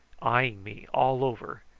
eyeing me all over,